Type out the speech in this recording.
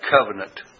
covenant